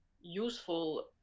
useful